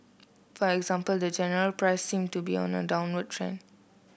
for example the general price seem to be on a trend